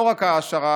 לא רק העשרה,